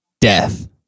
Death